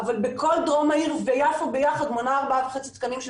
אבל בכל דרום העיר ויחד ביחד מונה ארבעה וחצי תקנים של